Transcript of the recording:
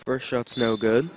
for shots no good